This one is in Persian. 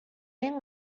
این